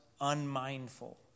unmindful